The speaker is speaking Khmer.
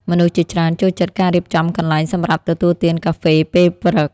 មនុស្សជាច្រើនចូលចិត្តការរៀបចំកន្លែងសម្រាប់ទទួលទានកាហ្វេពេលព្រឹក។